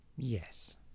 yes